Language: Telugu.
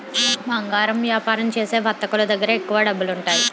బంగారు వ్యాపారం చేసే వర్తకులు దగ్గర ఎక్కువ డబ్బులుంటాయి